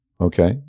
Okay